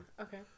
Okay